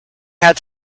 had